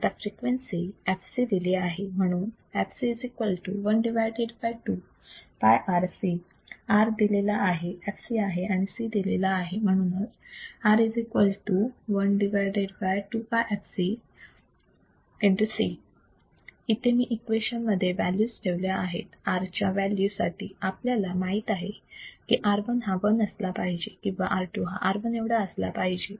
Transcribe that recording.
आता frequency Fc दिली आहे म्हणून fc 1 2 πRC R दिलेला आहे f c आहे आणि C दिलेला आहे म्हणूनच R 1 2 π fcC इथे मी इक्वेशन मध्ये व्हॅल्यूज ठेवल्या आहेत R च्या व्हॅल्यू साठी आपल्याला माहित आहे की R1 हा 1 असला पाहिजे किंवा R2 हा R1 एवढा असला पाहिजे